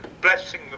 blessing